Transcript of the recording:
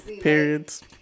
periods